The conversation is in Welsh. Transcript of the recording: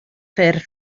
ffyrdd